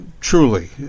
truly